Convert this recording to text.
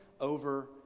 over